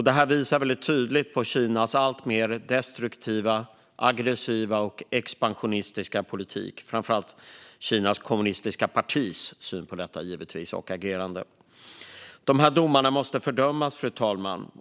Det visar tydligt på Kinas alltmer destruktiva, aggressiva och expansionistiska politik - givetvis framför allt Kinas kommunistiska partis agerande och syn på detta. Dessa domar måste fördömas, fru talman.